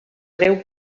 breu